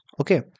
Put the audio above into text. okay